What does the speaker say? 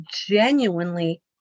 genuinely